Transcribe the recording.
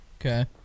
Okay